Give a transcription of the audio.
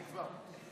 כבר.